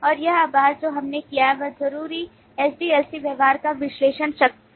और यह अभ्यास जो हमने किया वह जरूरी SDLC व्यवहार का विश्लेषण चरण है